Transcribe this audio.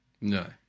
No